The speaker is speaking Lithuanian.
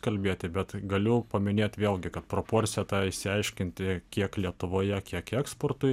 kalbėti bet galiu paminėt vėlgi kad proporciją tą išsiaiškinti kiek lietuvoje kiek eksportui